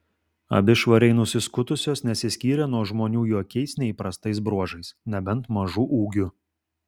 abi švariai nusiskutusios nesiskyrė nuo žmonių jokiais neįprastais bruožais nebent mažu ūgiu